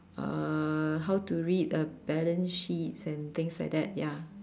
uh how to read a balance sheet and things like that ya